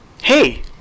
Hey